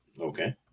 Okay